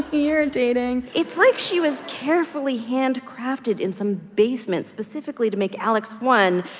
irritating it's like she was carefully hand-crafted in some basement specifically to make alex one,